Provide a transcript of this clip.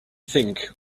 think